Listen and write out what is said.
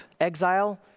exile